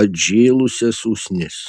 atžėlusias usnis